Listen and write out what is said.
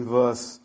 verse